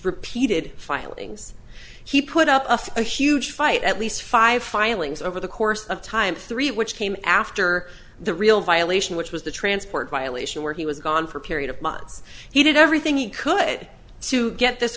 repeated filings he put up a huge fight at least five filings over the course of time three which came after the real violation which was the transport violation where he was gone for a period of months he did everything he could to get this